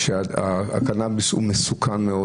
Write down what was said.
שהקנאביס הוא מסוכן מאוד.